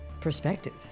perspective